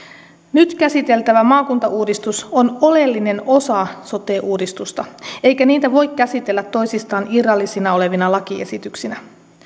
nyt käsiteltävä maakuntauudistus on oleellinen osa sote uudistusta eikä niitä voi käsitellä toisistaan irrallisina lakiesityksinä